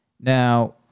Now